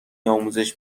آموزش